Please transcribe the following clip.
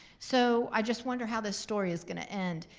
so i just wonder how this story is gonna end.